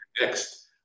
next